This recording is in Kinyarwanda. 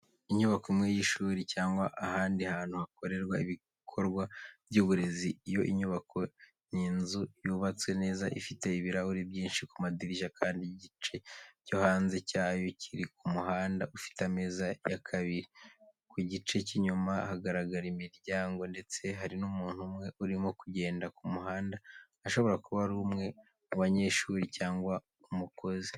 Inyubako imwe y'ishuri cyangwa ahandi hantu hakorerwa ibikorwa by'uburezi. Iyo inyubako ni inzu yubatse neza ifite ibirahure byinshi ku madirishya kandi igice cyo hanze cyayo kiri ku muhanda ufite ameza y'akabari. Ku gice cy'inyuma hagaragara imiryango ndetse hari n'umuntu umwe urimo kugenda ku muhanda ashobora kuba ari umwe mu banyeshuri cyangwa umukozi.